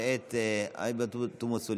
אין מתנגדים ואין נמנעים,